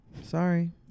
Sorry